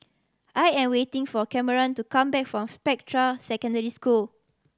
I am waiting for Cameron to come back from Spectra Secondary School